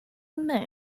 根本